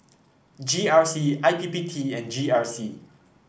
G R C I P P T and G R C